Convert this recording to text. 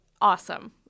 awesome